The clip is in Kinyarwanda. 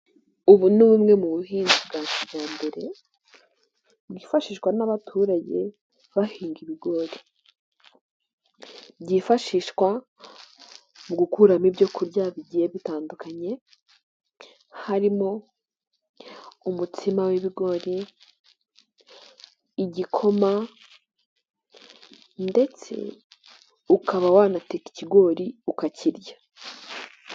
Ubu ni bumwe mu buhinzi bwa kijyambere bwifashishwa n'abaturage bahinga ibigori, byifashishwa mu gukuramo ibyo kurya bigiye bitandukanye, harimo umutsima w'ibigori, igikoma ndetse ukaba wanatera ikigori ukakirya.